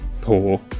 poor